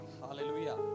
Hallelujah